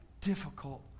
difficult